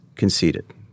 conceded